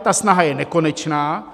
Ta snaha je nekonečná.